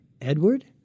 Edward